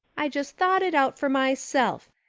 i just thought it out for myself.